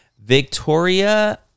victoria